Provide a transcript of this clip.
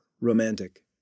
romantic